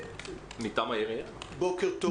בוקר טוב.